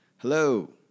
Hello